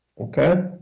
Okay